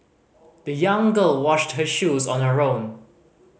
the young girl washed her shoes on the own